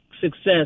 success